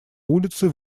улицы